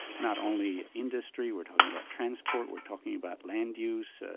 not only industry, we're talking about transport, we're talking about land use, ah